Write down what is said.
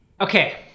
okay